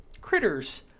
Critters